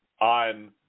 On